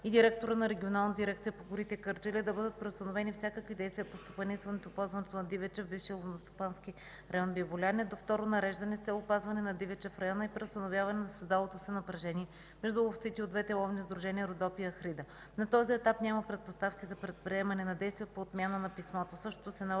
и директора на Регионална дирекция по горите – Кърджали, да бъдат преустановени всякакви действия по стопанисването и опазването на дивеча в бившия селскостопански район „Биволяне” до второ нареждане, с цел опазване на дивеча в района и преустановяване на създалото се напрежение между ловците от двете ловни сдружения „Родопи” и „Ахрида”. На този етап няма предпоставки за предприемане на действия по отмяна на писмото.